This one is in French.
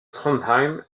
trondheim